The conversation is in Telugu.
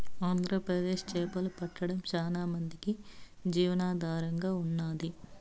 ఆంధ్రప్రదేశ్ చేపలు పట్టడం చానా మందికి జీవనాధారంగా ఉన్నాది